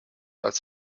als